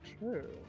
true